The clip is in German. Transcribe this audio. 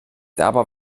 dabei